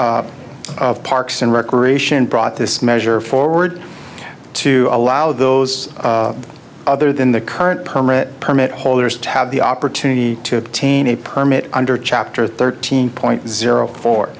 of parks and recreation brought this measure forward to allow those other than the current permit permit holders to have the opportunity to obtain a permit under chapter thirteen point zero four